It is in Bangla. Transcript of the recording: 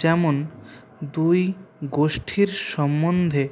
যেমন দুই গোষ্ঠীর সম্বন্ধে